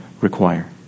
require